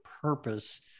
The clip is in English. purpose